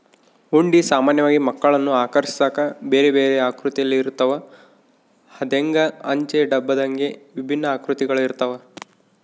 ಹುಂಡಿ ಸಾಮಾನ್ಯವಾಗಿ ಮಕ್ಕಳನ್ನು ಆಕರ್ಷಿಸಾಕ ಬೇರೆಬೇರೆ ಆಕೃತಿಯಲ್ಲಿರುತ್ತವ, ಹಂದೆಂಗ, ಅಂಚೆ ಡಬ್ಬದಂಗೆ ವಿಭಿನ್ನ ಆಕೃತಿಗಳಿರ್ತವ